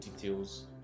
details